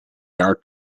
jaar